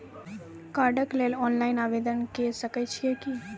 कार्डक लेल ऑनलाइन आवेदन के सकै छियै की?